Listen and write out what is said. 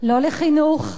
לא לחינוך,